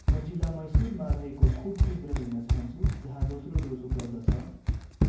म जिल्ला मैसूरमा रहेको खोप केन्द्र हेर्न चाहन्छु जहाँ दोस्रो डोज उपलब्ध छ